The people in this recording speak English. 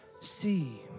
see